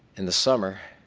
in the summer,